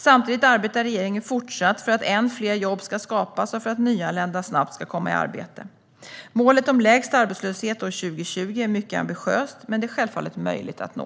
Samtidigt arbetar regeringen fortsatt för att än fler jobb ska skapas och för att nyanlända snabbt ska komma i arbete. Målet om lägst arbetslöshet år 2020 är mycket ambitiöst, men det är självfallet möjligt att nå.